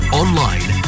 online